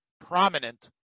prominent